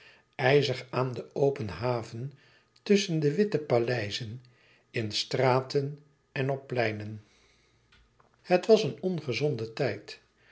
ijzig aan de open haven tusschen de witte paleizen in straten en op pleinen het was een ongezonde tijd